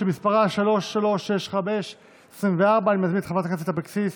שמספרה 3365/24. אני מזמין את חברת הכנסת אבקסיס